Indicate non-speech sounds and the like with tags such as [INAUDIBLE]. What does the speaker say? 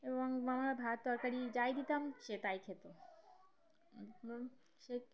এবং আমার ভাত তরকারি যাই দিতাম সে তাই খেতো [UNINTELLIGIBLE] সে